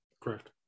Correct